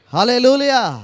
Hallelujah